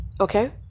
okay